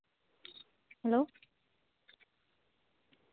hello